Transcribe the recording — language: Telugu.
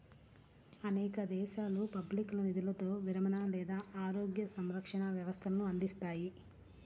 అనేక దేశాలు పబ్లిక్గా నిధులతో విరమణ లేదా ఆరోగ్య సంరక్షణ వ్యవస్థలను అందిస్తాయి